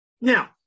Now